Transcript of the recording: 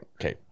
Okay